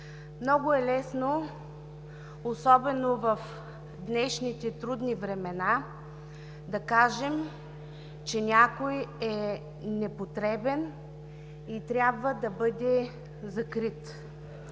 Много е лесно – особено в днешните трудни времена, да кажем, че някой е непотребен и трябва да бъде закрит